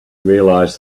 realised